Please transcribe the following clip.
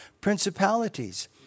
principalities